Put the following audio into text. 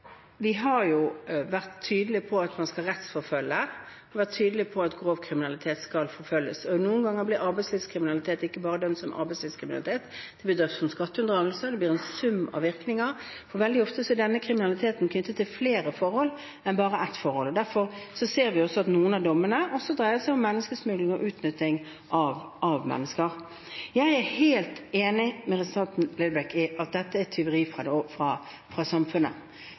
Vi har vært tydelige på at man skal rettsforfølge, og vi har vært tydelige på at grov kriminalitet skal forfølges. Noen ganger blir arbeidslivskriminalitet ikke bare dømt som arbeidslivskriminalitet, det blir dømt som skatteunndragelse, det blir en sum av virkninger. Veldig ofte er denne kriminaliteten knyttet til flere enn bare ett forhold, og derfor ser vi at noen av dommene også dreier seg om menneskesmugling og utnytting av mennesker. Jeg er helt enig med representanten Lerbrekk i at dette er tyveri fra samfunnet. Grov arbeidslivskriminalitet er en unndragelse av skatter og